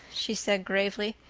she said gravely.